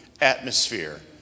atmosphere